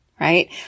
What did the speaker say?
Right